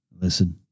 Listen